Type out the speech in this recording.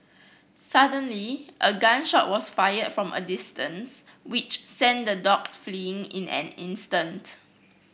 suddenly a gun shot was fired from a distance which sent the dogs fleeing in an instant